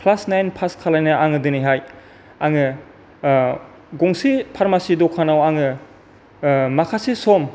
class nine pass खालामनानै आङो दिनैहाय आङो गंसे फारमासि दखानाव आङो माखासे सम